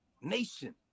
nation